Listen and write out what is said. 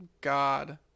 god